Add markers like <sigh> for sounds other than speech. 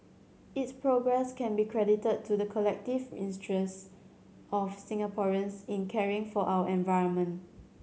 its progress can be credited to the collective <unintelligible> of Singaporeans in caring for our environment